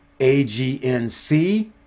AGNC